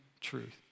truth